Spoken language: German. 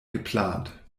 geplant